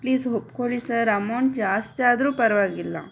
please ಒಪ್ಕೊಳ್ಳಿ sir amount ಜಾಸ್ತಿ ಆದರೂ ಪರ್ವಾಗಿಲ್ಲ